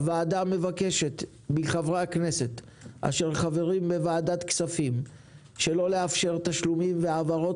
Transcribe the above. הוועדה מבקשת מחברי הכנסת החברים בוועדת כספים שלא לאפשר תשלומים והעברות